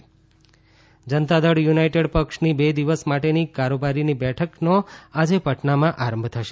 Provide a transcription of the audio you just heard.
JDU બેઠક Janata Dal United પક્ષની બે દિવસ માટેની કારોબારીની બેઠકનો આજે પટનામાં આરંભ થશે